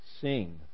sing